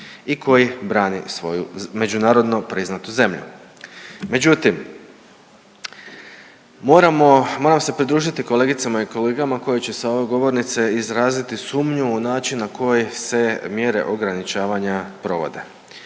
i koji brani svoju međunarodno priznatu zemlju. Međutim, moramo, moram se pridružiti kolegicama i kolegama koji će sa ove govornice izraziti sumnju u način na koji se mjere ograničavanja provode.